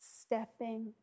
stepping